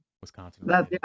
wisconsin